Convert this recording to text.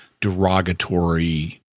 derogatory